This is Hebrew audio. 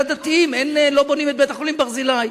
בגלל הדתיים לא בונים את בית-החולים "ברזילי".